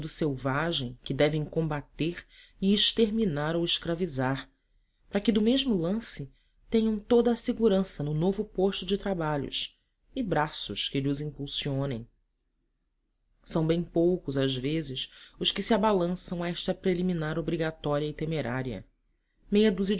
selvagem que devem combater e exterminar ou escravizar para que do mesmo lance tenham toda a segurança no novo posto de trabalhos e braços que lhos impulsionem são bem poucos às vezes os que se abalançam a esta preliminar obrigatória e temerária meia dúzia